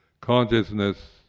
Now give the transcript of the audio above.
Consciousness